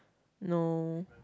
no